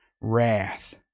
wrath